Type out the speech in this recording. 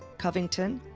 covington,